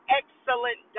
excellent